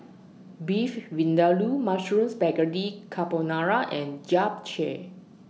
Beef Vindaloo Mushroom Spaghetti Carbonara and Japchae